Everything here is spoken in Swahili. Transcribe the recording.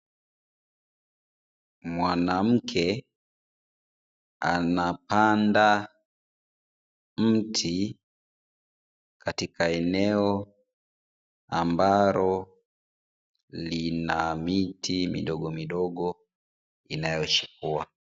Mwanamke anapanda mti katika eneo, ambalo lina miti midogomidogo inayochipua.